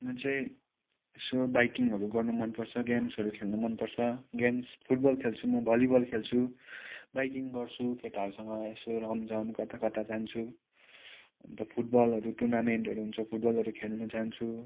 म चाहिँ यसो बाइकिङहरू गर्नु मनपर्छ गेम्सहरू खेल्नु मनपर्छ गेम्स फुटबल खेल्छु म भलिबल खेल्छु बाइकिङ गर्छु केटाहरूसँग यसो रमझम कताकता जान्छु अन्त फुटबलहरू टुर्नामेन्टहरू हुन्छ फुटबलहरू खेल्नु जान्छु